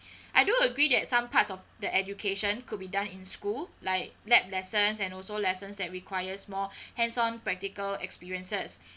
I do agree that some parts of the education could be done in school like lab lessons and also lessons that requires more hands on practical experiences